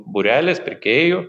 būrelis pirkėjų